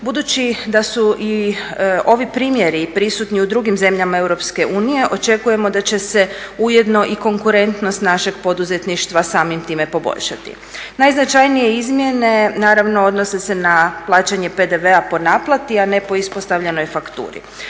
Budući da su i ovi primjeri prisutni u drugim zemljama EU očekujemo da će se ujedno i konkurentnost našeg poduzetništva samim time poboljšati. Najznačajnije izmjene, naravno odnose se na plaćanje PDV-a po naplati, a ne po ispostavljenoj fakturi.